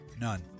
None